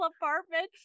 apartment